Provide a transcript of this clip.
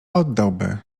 oddałby